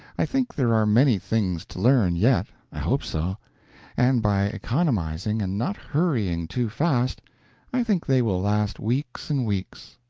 i think there are many things to learn yet i hope so and by economizing and not hurrying too fast i think they will last weeks and weeks.